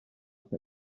per